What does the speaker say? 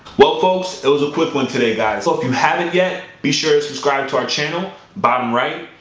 well folks, it was a quick one today guys. so if you haven't yet, be sure to subscribe to our channel, bottom right.